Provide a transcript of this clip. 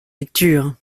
lecture